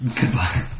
Goodbye